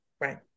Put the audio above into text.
right